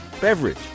Beverage